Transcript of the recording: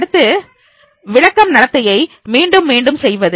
அடுத்து விளக்கம்நடத்தையை மீண்டும் மீண்டும் செய்வது